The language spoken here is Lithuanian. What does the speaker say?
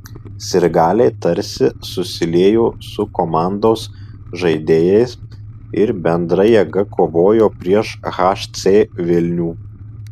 sirgaliai tarsi susiliejo su komandos žaidėjais ir bendra jėga kovojo prieš hc vilnių